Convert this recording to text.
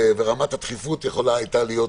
ורמת הדחיפות יכולה הייתה להיות בוויכוח.